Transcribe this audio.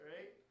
Right